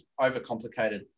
overcomplicated